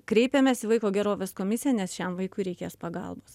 kreipėmės į vaiko gerovės komisiją nes šiam vaikui reikės pagalbos